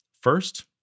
First